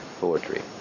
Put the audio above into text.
poetry